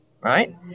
right